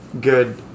good